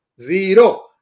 Zero